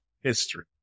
history